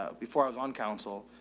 ah before i was on council,